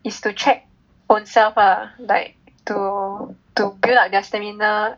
is to check own self ah like to to build up their stamina